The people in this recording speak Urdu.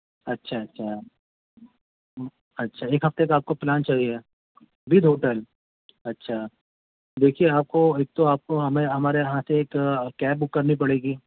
اچھا اچھا اچھا ایک ہفتے کا آپ کو پلان چاہیے وتھ ہوٹل اچھا دیکھیے آپ کو ایک تو آپ کو ہمیں ہمارے یہاں سے ایک کیب بک کرنی پڑے گی